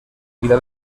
vida